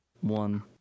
one